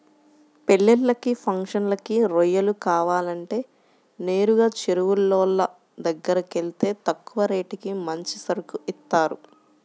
పెళ్ళిళ్ళకి, ఫంక్షన్లకి రొయ్యలు కావాలంటే నేరుగా చెరువులోళ్ళ దగ్గరకెళ్తే తక్కువ రేటుకి మంచి సరుకు ఇత్తారు